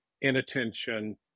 inattention